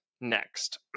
next